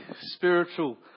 spiritual